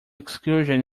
exclusion